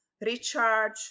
recharge